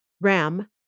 Ram